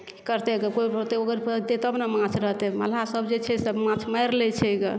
की करतै गऽ कोइ अगोरै पेतै तब ने माछ रहतै मलहा सब जे छै से माछ मारि लए छै गऽ